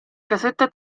casetta